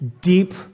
deep